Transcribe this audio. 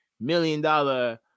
million-dollar